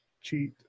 cheat